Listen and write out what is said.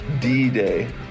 d-day